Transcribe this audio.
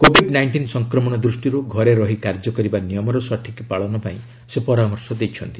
Covid nineteen ସଂକ୍ରମଣ ଦୃଷ୍ଟିରୁ ଘରେ ରହି କାର୍ଯ୍ୟ କରିବା ନିୟମର ସଠିକ୍ ପାଳନ ପାଇଁ ସେ ପରାମର୍ଶ ଦେଇଛନ୍ତି